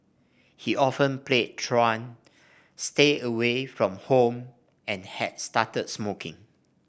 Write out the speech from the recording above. he often played truant stayed away from home and had started smoking